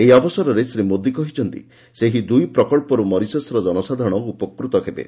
ଏହି ଅବସରରେ ଶ୍ରୀ ମୋଦୀ କହିଛନ୍ତି ସେହି ଦୁଇ ପ୍ରକଳ୍ପରୁ ମରିସସ୍ର ଜନସାଧାରଣ ଉପକୃତ ହେବେ